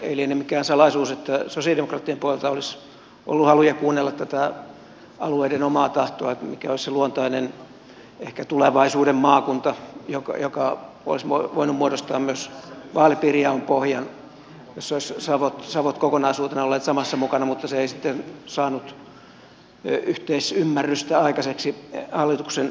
ei liene mikään salaisuus että sosialidemokraattien puolelta olisi ollut haluja kuunnella alueiden omaa tahtoa siinä mikä olisi ehkä se luontainen tulevaisuuden maakunta joka olisi voinut muodostaa myös vaalipiirijaon pohjan jossa olisivat savot kokonaisuutena olleet samassa mukana mutta se ei sitten saanut yhteisymmärrystä aikaiseksi hallituksen parissa